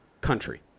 Country